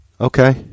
Okay